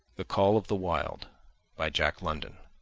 the call of the wild by jack london